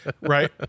right